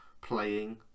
playing